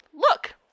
Look